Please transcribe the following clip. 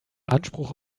anspruch